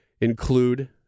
include